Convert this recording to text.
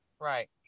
Right